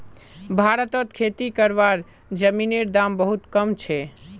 भारतत खेती करवार जमीनेर दाम बहुत कम छे